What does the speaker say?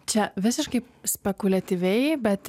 čia visiškai spekuliatyviai bet